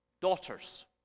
daughters